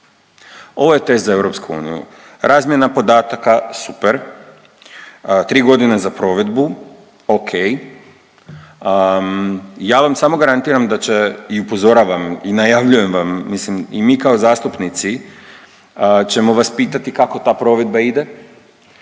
Ovo je test za EU razmjena podataka super, 3 godine za provedbu ok. Ja vam samo garantiram da će i upozoravam i najavljujem vam mislim i mi kao zastupnici ćemo vas pitati kako ta provedba ide